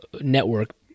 network